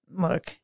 Look